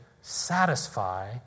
satisfy